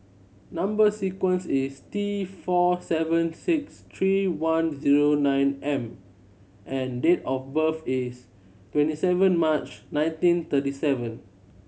number sequence is T four seven six three one zero nine M and date of birth is twenty seven March nineteen thirty seven